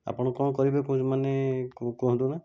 ଆପଣ କ'ଣ କହିବେ ମାନେ କୁହନ୍ତୁ ନା